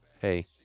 hey